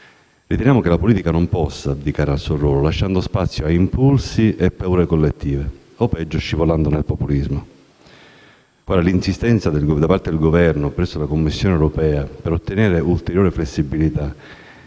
nel Paese. La politica non può abdicare al suo ruolo, lasciando spazio ad impulsi e paure collettive o, peggio, scivolando nel populismo; la querula insistenza da parte del Governo italiano presso la Commissione europea per ottenere ulteriore flessibilità